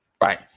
Right